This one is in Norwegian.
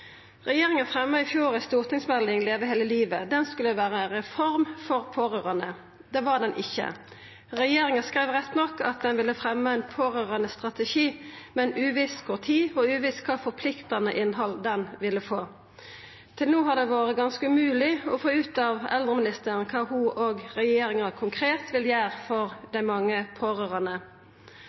Regjeringa fremja i fjor ei stortingsmelding, Leve hele livet, som skulle vera ei reform for pårørande. Det var ho ikkje. Regjeringa skreiv rett nok at ein ville fremja ein pårørandestrategi, men det var uvisst kva tid og kva forpliktande innhald han ville få. Til no har det vore ganske umogleg å få ut av eldreministeren kva ho og regjeringa konkret vil gjera for dei mange pårørande.